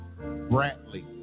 Brantley